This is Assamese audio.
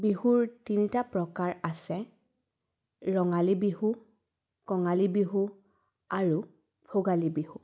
বিহুৰ তিনিটা প্ৰকাৰ আছে ৰঙালী বিহু কঙালী বিহু আৰু ভোগালী বিহু